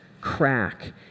crack